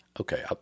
Okay